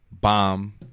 bomb